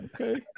Okay